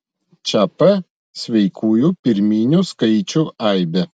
čia p sveikųjų pirminių skaičių aibė